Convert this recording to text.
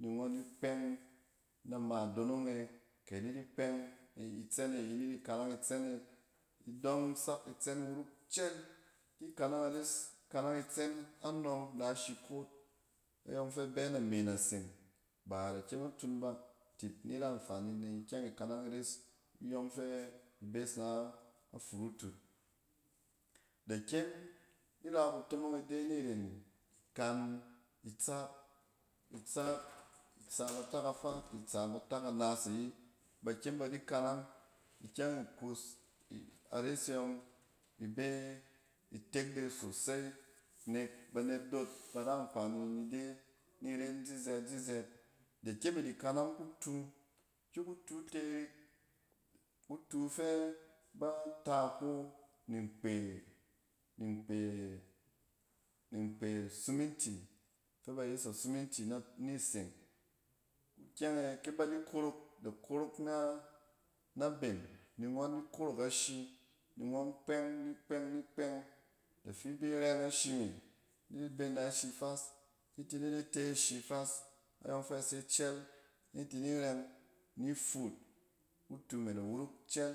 Ni ngↄn di kpɛng na ma donong e kɛ ni di kpɛng ni itsɛn e ayi ni di kanang itsɛn e idↄng sak itsɛn wuruk cel. Ki kanang ares, kanɛng itsɛn anↄng na shi kot, ayↄng fɛ bɛ name naseng ba da kyem a tun ba tit ni ra amfani ni kyɛg ikanang ares in yↄng fɛ bes na furutut. Da kyem ira kutomong ni de niren ikan itsaap, itsaap, itsaap atak afaa ke itsaap atak anaas ayi. Ba kyem ba di kanang ikyɛng ikus arese ↄng ibe itek de susai nek banet dot bar a nfani ni de ni ren zizɛt-zizɛt. Da kyem idi kanang kuta. Ki kutu terik, kutu fɛ ba yes a suminti ni seng. kukyɛng e kyɛ ba di kurok da korok nan a ben ni ngↄn di kook ashi, ni ngↄn kpɛng ni kpɛg, ni kpɛng. Da fi bi rɛng ashi me, ni be na shi fas ni ti ni di te shi fas ayↄng fɛ se cɛl, ni tini rɛng ni fuut, kutu me da wuruk cɛl,